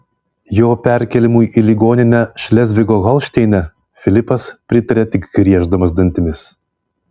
jo perkėlimui į ligoninę šlezvigo holšteine filipas pritarė tik grieždamas dantimis